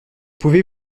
pouvez